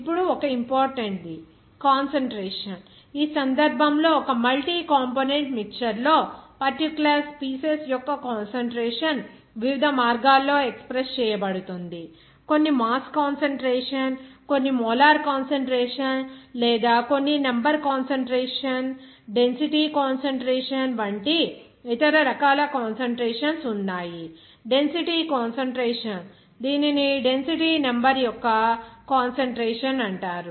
ఇప్పుడు ఒక ఇంపార్టెంట్ ది కాన్సంట్రేషన్ ఈ సందర్భంలో ఒక మల్టీ కంపోనెంట్ మిక్చర్ లో పర్టిక్యులర్ స్పీసీస్ యొక్క కాన్సంట్రేషన్ వివిధ మార్గాల్లో ఎక్ష్ప్రెస్స్ చేయబడుతుంది కొన్ని మాస్ కాన్సంట్రేషన్ కొన్ని మోలార్ కాన్సంట్రేషన్ లేదా కొన్ని నెంబర్ కాన్సంట్రేషన్ డెన్సిటీ కాన్సంట్రేషన్ వంటి ఇతర రకాల కాన్సంట్రేషన్స్ ఉన్నాయి డెన్సిటీ కాన్సంట్రేషన్ దీనిని డెన్సిటీ నెంబర్ యొక్క కాన్సంట్రేషన్ అంటారు